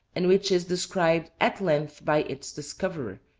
and which is described at length by its discoverer,